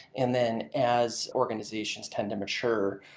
and then, as organizations tend to mature,